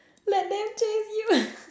let them chase you